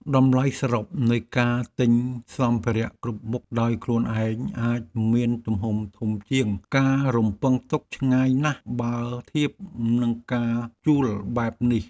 តម្លៃសរុបនៃការទិញសម្ភារៈគ្រប់មុខដោយខ្លួនឯងអាចមានទំហំធំជាងការរំពឹងទុកឆ្ងាយណាស់បើធៀបនឹងការជួលបែបនេះ។